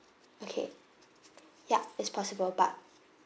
okay yup it's possible but